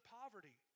poverty